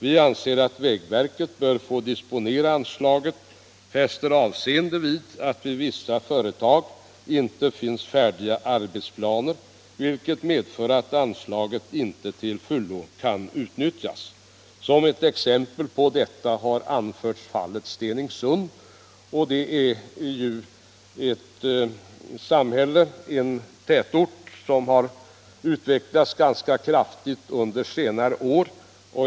Vi som anser att vägverket bör få disponera anslaget fäster avseende vid att det vid vissa företag inte finns arbetsplaner färdiga, vilket medfört att anslaget inte till fullo kan utnyttjas. Som ett exempel på detta har anförts vägen vid Stenungsund, en tätort som har utvecklats ganska starkt under senare år.